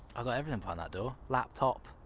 i've got everything behind that door laptop.